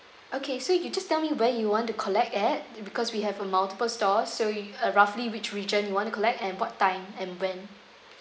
okay so you just tell me where you want to collect at because we have a multiple stores so uh roughly which region you want to collect and what time and when